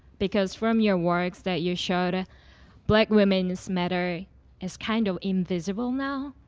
because from your works that you showed, ah black women's matter is kind of invisible now.